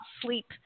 sleep